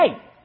hey